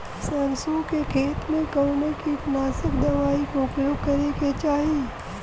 सरसों के खेत में कवने कीटनाशक दवाई क उपयोग करे के चाही?